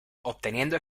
obteniendo